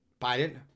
Biden